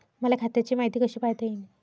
मले खात्याची मायती कशी पायता येईन?